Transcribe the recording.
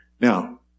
Now